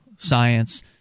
science